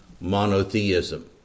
monotheism